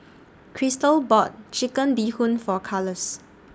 Chrystal bought Chicken Bee Hoon For Carlos